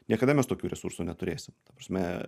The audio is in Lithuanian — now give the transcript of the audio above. niekada mes tokių resursų neturėsim ta prasme